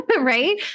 Right